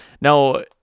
now